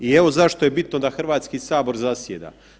I evo zašto je bitno da Hrvatski sabor zasjeda.